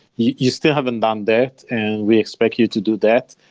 you you still haven't done that, and we expect you to do that.